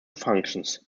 functions